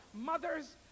Mothers